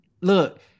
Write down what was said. Look